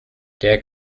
der